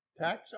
tax